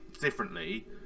differently